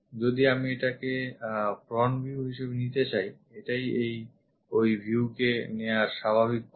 যদি আমি এটাকে front view হিসেবে নিতে যাই এটাই ওই viewকে নেওয়ার স্বাভাবিক পথ